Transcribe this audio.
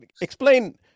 explain